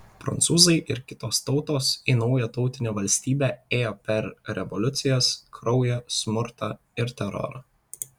prancūzai ir kitos tautos į naują tautinę valstybę ėjo per revoliucijas kraują smurtą ir terorą